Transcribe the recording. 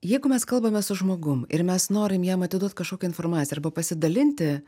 jeigu mes kalbame su žmogum ir mes norim jam atiduot kažkokią informaciją arba pasidalinti